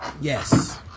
Yes